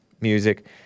music